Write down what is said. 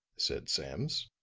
said sams.